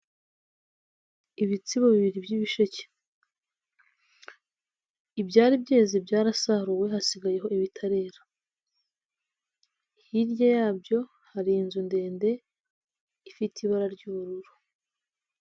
Ibitsibo bibiri by'ibisheke, ibyari byeze byarasaruwe hasigayeho ibitarera, hirya yabyo hari inzu ndende ifite ibara ry'ubururu.